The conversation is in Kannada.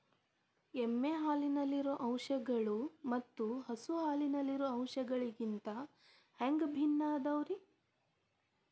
ಎಮ್ಮೆ ಹಾಲಿನಲ್ಲಿರೋ ಅಂಶಗಳು ಮತ್ತ ಹಸು ಹಾಲಿನಲ್ಲಿರೋ ಅಂಶಗಳಿಗಿಂತ ಹ್ಯಾಂಗ ಭಿನ್ನ ಅದಾವ್ರಿ?